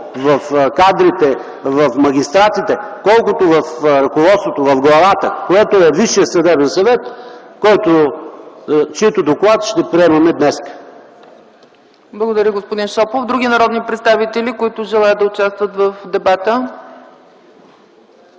в кадрите, в магистратите, колкото в ръководството – в главата, което е Висшия съдебен съвет, чийто доклад ще приемаме днес. ПРЕДСЕДАТЕЛ ЦЕЦКА ЦАЧЕВА: Благодаря Ви, господин Шопов. Има ли други народни представители, които желаят да участват в дебата?